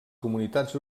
comunitats